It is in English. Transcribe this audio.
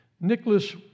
Nicholas